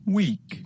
week